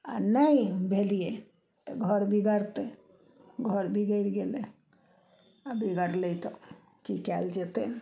आओर नहि भेलियै तऽ घर बिगड़तै घर बिगड़ि गेलै आओर बिगड़लै तऽ की कयल जेतइ